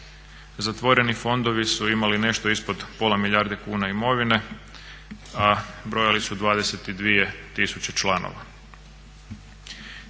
Zatvoreni fondovi su imali nešto ispod pola milijarde kuna imovine, a brojali su 22 tisuće članova.